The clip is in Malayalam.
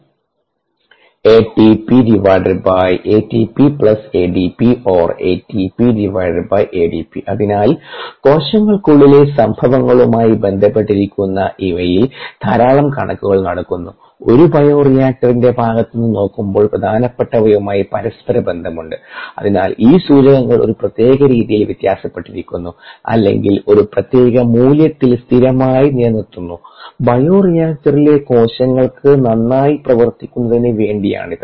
അതിനാൽ കോശങ്ങൾക്കുള്ളിലെ സംഭവങ്ങളുമായി ബന്ധപ്പെട്ടിരിക്കുന്ന ഇവയിൽ ധാരാളം കണക്കുകൾ നടക്കുന്നു ഒരു ബയോറിയാക്റ്ററിൻറെ ഭാഗത്ത് നിന്ന് നോക്കുമ്പോൾ പ്രധാനപ്പെട്ടവയുമായി പരസ്പര ബന്ധമുണ്ട് അതിനാൽ ഈ സൂചകങ്ങൾ ഒരു പ്രത്യേക രീതിയിൽ വ്യത്യാസപ്പെട്ടിരിക്കുന്നു അല്ലെങ്കിൽ ഒരു പ്രത്യേക മൂല്യത്തിൽ സ്ഥിരമായി നിലനിർത്തുന്നു ബയോ റിയാക്ടറിലെ കോശങ്ങൾക്ക് നന്നായി പ്രവർത്തിക്കുന്നതിന് വേണ്ടിയാണിത്